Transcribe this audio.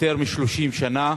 לפני יותר מ-30 שנה.